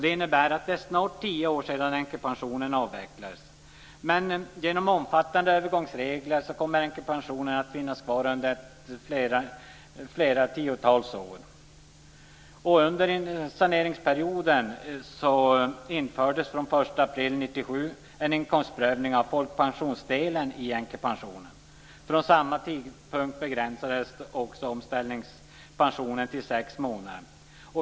Det innebär att det snart är tio år sedan änkepensionen avvecklades. Men genom omfattande övergångsregler kommer änkepensionen att finnas kvar under flera tiotal år. 1997 en inkomstprövning av folkpensionsdelen i änkepensionen. Från samma tidpunkt begränsades också omställningspensionen till sex månader.